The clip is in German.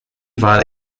war